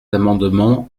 amendement